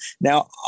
Now